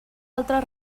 altres